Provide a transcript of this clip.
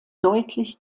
deutlich